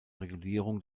regulierung